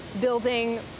building